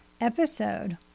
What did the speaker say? Episode